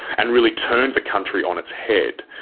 and really turned the country on its head,